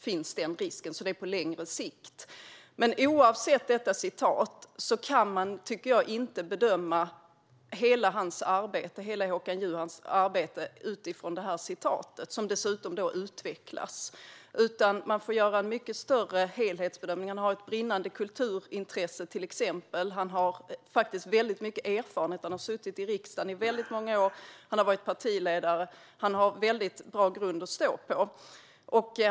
Det gäller alltså på längre sikt. Men oavsett detta tycker jag inte att man kan bedöma hela Håkan Juholts arbete utifrån det citatet, som dessutom utvecklas, utan man får göra en mycket större helhetsbedömning. Han har till exempel ett brinnande kulturintresse. Han har väldigt mycket erfarenhet - han har suttit i riksdagen i många år och har varit partiledare. Han har en väldigt bra grund att stå på.